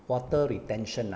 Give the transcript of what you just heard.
water retention ah